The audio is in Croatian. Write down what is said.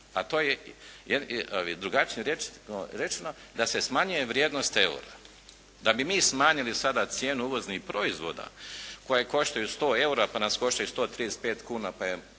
a to je drugačijim riječima rečeno da se smanjuje vrijednost eura. Da bi mi smanjili sada cijenu uvoznih proizvoda koje koštaju 100 eura, pa nas koštaju 135 kuna, pa je